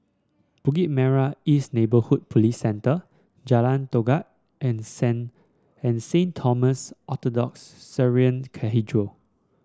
Bukit Merah East Neighbourhood Police Centre Jalan Todak and Saint Thomas Orthodox Syrian Cathedral